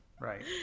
Right